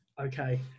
Okay